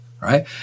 right